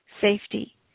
safety